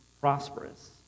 prosperous